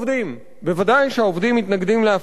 ודאי שהעובדים מתנגדים להפרטה.